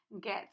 get